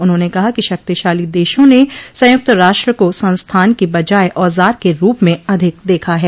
उन्होंने कहा कि शक्तिशाली देशों ने संयुक्त राष्ट्र को संस्थान की बजाय औजार के रूप में अधिक देखा है